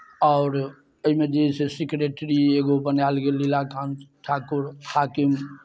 आओर एहिमे जे अइ से सिक्रेटरी एगो बनायल गेल लीलाकान्त ठाकुर हाकिम